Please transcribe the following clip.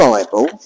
Bible